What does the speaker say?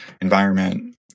environment